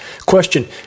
Question